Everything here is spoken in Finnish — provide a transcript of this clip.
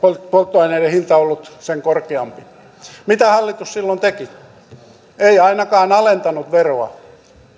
polttoaineiden hinta ollut sen korkeampi mitä hallitus silloin teki ei ainakaan alentanut veroa